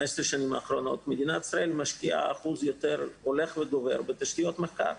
מדינת ישראל משקיעה אחוז הולך וגובר בתשתיות מחקר